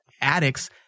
addicts